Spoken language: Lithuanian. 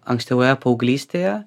ankstyvoje paauglystėje